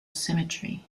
symmetry